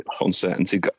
uncertainty